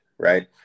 Right